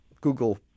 Google